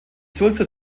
sulzer